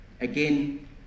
Again